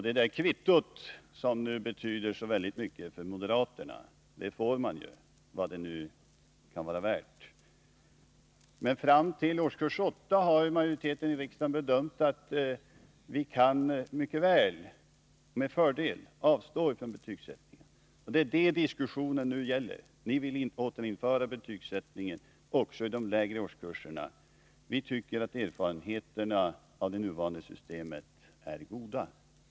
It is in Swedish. Det kvittot, som betyder så mycket för moderaterna, får man alltså, vad det nu kan vara värt. Men fram till årskurs 8 har en majoritet i riksdagen bedömt så att vi med fördel kan avstå från betygsättningen. Det är detta som diskussionen nu gäller. Ni vill återinföra betygsättningen också i de lägre årskurserna. Vi tycker att erfarenheterna av det nuvarande systemet är goda.